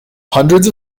hundreds